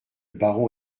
baron